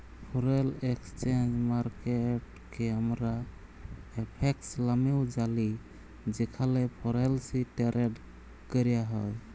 foreign exchange মার্কেটকে আমরা FX লামেও জালি যেখালে ফরেলসি টেরেড ক্যরা হ্যয়